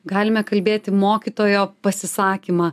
galime kalbėti mokytojo pasisakymą